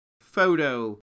photo